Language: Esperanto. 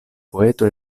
poeto